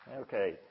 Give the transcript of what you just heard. Okay